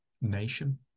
nation